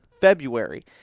February